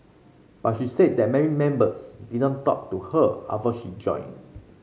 but she said that many members did not talk to her after she joined